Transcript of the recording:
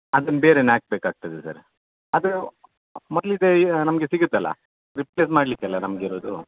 ಅದನ್ನ ಬೇರೆನೇ ಹಾಕ್ಬೇಕಾಗ್ತದೆ ಸರ್ರ ಅದು ಮೊದ್ಲಿಂದೇ ನಮಗೆ ಸಿಗುತ್ತಲ್ವ ರಿಪ್ಲೇಸ್ ಮಾಡ್ಲಿಕ್ಕಲ್ವ ನಮ್ಗೆ ಇರುವುದು